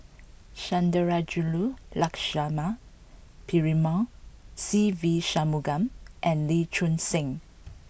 Sundarajulu Lakshmana Perumal Se Ve Shanmugam and Lee Choon Seng